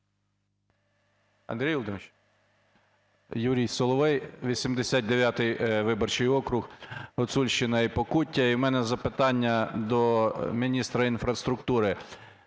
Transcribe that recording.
Андрій Володимирович. Юрій Соловей, 89 виборчий округ, Гуцульщина і Покуття. І в мене запитання до міністра інфраструктури